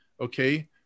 okay